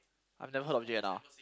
I've never heard of J_N_R